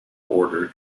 order